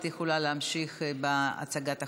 את יכולה להמשיך בהצגת החוק.